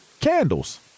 candles